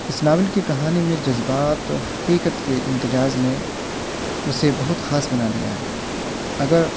اس novel کی کہانی میں جذبات حقیقت کے امتجاز نے اسے بہت خاص بنا دیا ہے اگر